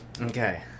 Okay